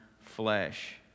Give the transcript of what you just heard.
flesh